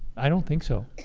i don't think so.